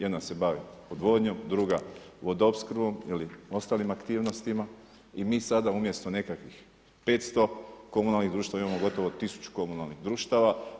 Jedna se bavi odvodnjom, druga vodoopskrbom ili ostalim aktivnostima i mi sada umjesto nekakvih 500 komunalnih društava imamo gotovo tisuću komunalnih društava.